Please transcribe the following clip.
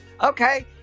Okay